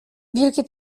wielkie